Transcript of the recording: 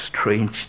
strange